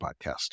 podcast